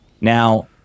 Now